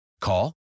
Call